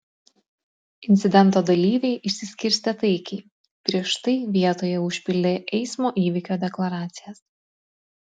incidento dalyviai išsiskirstė taikiai prieš tai vietoje užpildę eismo įvykio deklaracijas